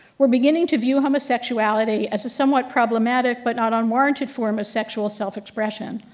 were beginning to view homosexuality as a somewhat problematic but not unwarranted form of sexual self expression.